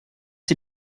sie